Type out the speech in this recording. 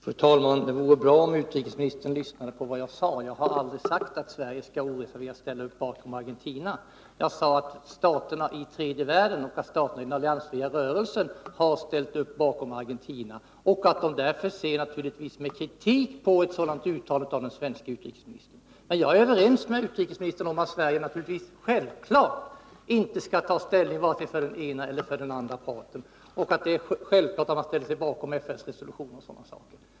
Fru talman! Det vore bra om utrikesministern lyssnade på vad jag sade. Jag har aldrig sagt att Sverige oreserverat skall ställa upp bakom Argentina. Jag sade att staterna i tredje världen och staterna i den alliansfria rörelsen har ställt upp bakom Argentina och att de därför ser kritiskt på ett sådant uttalande av den svenske utrikesministern. Jag är emellertid överens med utrikesministern om att Sverige naturligtvis inte skall ta ställning vare sig för den ena eller för den andra parten och att det är självklart att man ställer sig bakom FN:s resolution om sådana saker.